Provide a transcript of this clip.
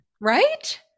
Right